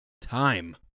time